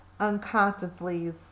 unconsciously